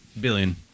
Billion